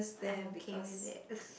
I'm okay with it